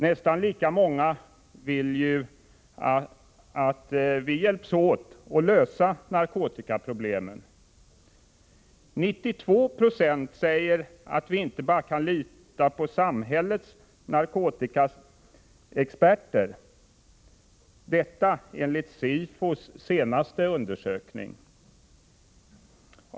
Nästan lika många vill att vi hjälps åt för att lösa narkotikaproblemen. 92 9 säger att vi inte bara kan lita på samhällets narkotikaexperter — detta enligt SIFO:s senaste undersökning.